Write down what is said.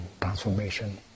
transformation